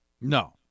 No